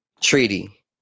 Treaty